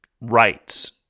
rights